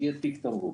יהיה תיק תמרוק.